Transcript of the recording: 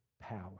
power